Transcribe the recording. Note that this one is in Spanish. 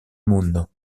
mundo